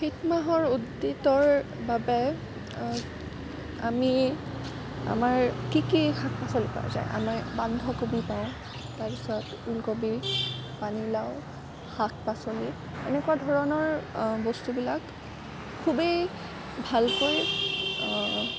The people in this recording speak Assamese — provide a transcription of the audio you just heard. শীত মাহৰ উদ্ভিদৰ বাবে আমি আমাৰ কি কি শাক পাচলি পোৱা যায় আমাৰ বন্ধাকবি পাওঁ তাৰপিছত ওলকবি পানীলাও শাক পাচলি এনেকুৱা ধৰণৰ বস্তুবিলাক খুবেই ভালকৈ